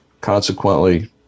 consequently